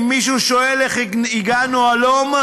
אם מישהו שואל איך הגענו הלום,